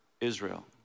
Israel